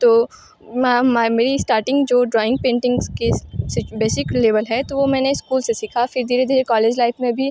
तो मेरी स्टार्टिंग जो ड्रॉइंग पेंटिंग्स की बेसिक लेवल है तो वो मैंने स्कूल से सीखा फिर धीरे धीरे कॉलेज लाइफ़ में भी